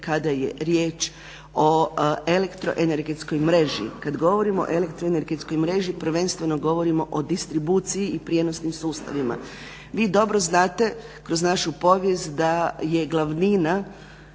kada je riječ o elektroenergetskoj mreži. Kada govorimo o elektroenergetskoj mreži prvenstveno govorimo o distribuciji i prijenosnim sustavima. Vi dobro znate kroz našu povijest da je glavnina